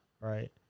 right